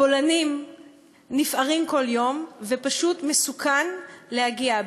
הבולענים נפערים כל יום ופשוט מסוכן להגיע.